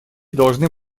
должны